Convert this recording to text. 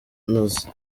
nazi